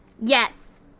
Yes